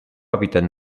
hàbitat